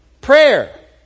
Prayer